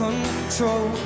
Control